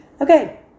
Okay